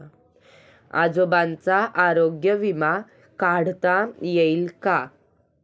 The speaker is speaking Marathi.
आजोबांचा आरोग्य विमा काढता येईल का?